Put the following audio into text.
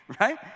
Right